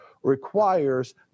requires